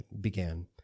began